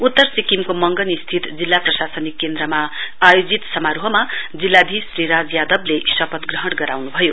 उत्तर सिक्किमको मंगन स्थित जिल्ला प्रशासनिक केन्द्रमा आयोजित समारोहमा जिल्लाधीश क्षी राज यादवले शपथ ग्रहण गराउन्भयो